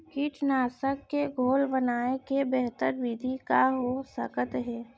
कीटनाशक के घोल बनाए के बेहतर विधि का हो सकत हे?